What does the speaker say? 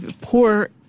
poor